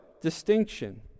distinction